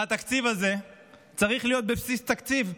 והתקציב הזה צריך להיות בבסיס תקציב.